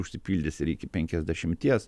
užsipildys ir iki penkiasdešimties